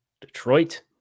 Detroit